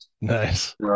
nice